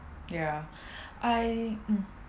yeah I um